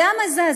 זה היה מזעזע.